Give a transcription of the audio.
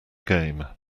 game